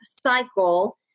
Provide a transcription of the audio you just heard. cycle